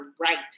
right